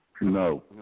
No